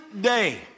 day